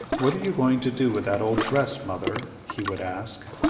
what are you going to do with that old dress, mother? he would ask.